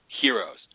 heroes